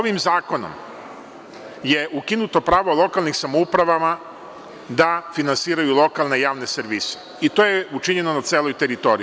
Ovim zakonom je ukinuto pravo lokalnim samoupravama da finansiraju lokalne javne servise i to je učinjeno na celoj teritoriji.